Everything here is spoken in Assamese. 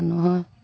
নহয়